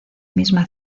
misma